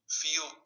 feel